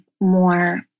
more